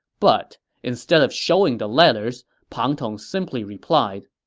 but instead of showing the letters, pang tong simply replied,